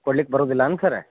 ಕೊಡ್ಲಿಕ್ಕೆ ಬರೋದಿಲ್ಲೆನ್ ಸರ್